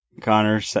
Connor